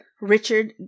Richard